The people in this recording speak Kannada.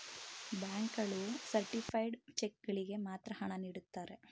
ಬ್ಯಾಂಕ್ ಗಳು ಸರ್ಟಿಫೈಡ್ ಚೆಕ್ ಗಳಿಗೆ ಮಾತ್ರ ಹಣ ನೀಡುತ್ತಾರೆ